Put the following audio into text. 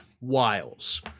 Wiles